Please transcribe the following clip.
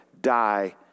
die